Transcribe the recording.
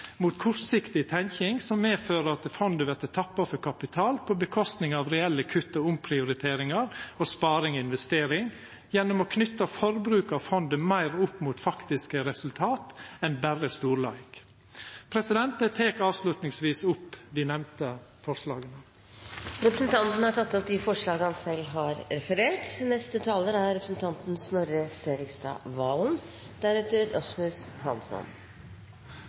mot kortsiktig tenking som medfører at fondet vert tappa for kapital i staden for reelle kutt, omprioriteringar og sparing og investering gjennom å knyta forbruket av fondet meir opp mot faktiske resultat enn berre storleik. Eg tek som avslutning opp dei nemnde forslaga. Representanten Terje Breivik har tatt opp